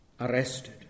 Arrested